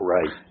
Right